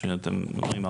שאתם אומרים,